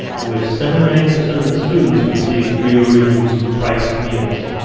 in which seventy nine percent of the students receive free or reduced price meals.